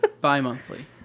Bi-monthly